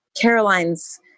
Caroline's